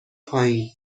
پایین